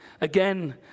Again